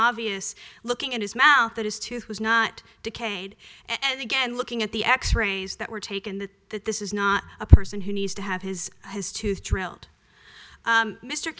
obvious looking in his mouth as to who's not decay and again looking at the x rays that were taken that that this is not a person who needs to have his his tooth drilled